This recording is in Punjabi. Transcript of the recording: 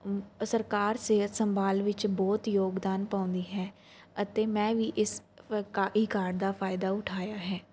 ਸਰਕਾਰ ਸਿਹਤ ਸੰਭਾਲ ਵਿੱਚ ਬਹੁਤ ਯੋਗਦਾਨ ਪਾਉਂਦੀ ਹੈ ਅਤੇ ਮੈਂ ਵੀ ਇਸ ਕਾ ਈ ਕਾਰਡ ਦਾ ਫਾਇਦਾ ਉਠਾਇਆ ਹੈ